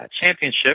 championship